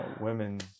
women